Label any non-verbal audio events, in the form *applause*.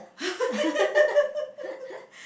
*laughs*